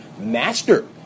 master